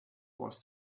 was